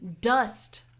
dust